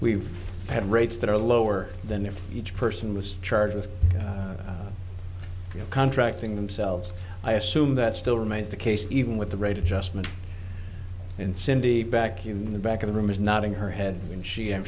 we've had rates that are lower than if each person was charged with contracting themselves i assume that still remains the case even with the rate adjustment and cindy back in the back of the room is not in her head when she